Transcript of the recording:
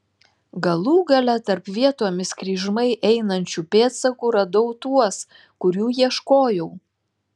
galų gale tarp vietomis kryžmai einančių pėdsakų radau tuos kurių ieškojau